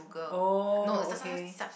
oh okay